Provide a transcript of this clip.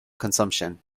consumption